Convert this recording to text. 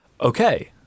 Okay